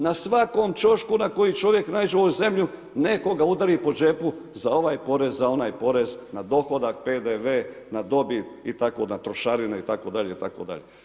Na svakom ćošku, na koji čovjek naiđe u ovoj zemlji nekoga udari po džepu, za ovaj porez, za onaj porez na dohodak, PDV, na dobit, i tako na trošarine, itd., itd.